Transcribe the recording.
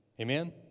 amen